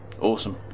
Awesome